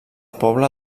poble